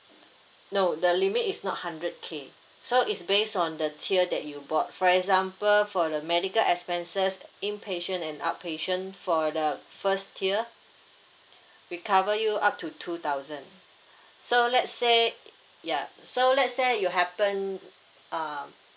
no the limit is not hundred K so is based on the tier that you bought for example for the medical expenses inpatient and outpatient for the first tier we cover you up to two thousand so let's say ya so let's say you happened uh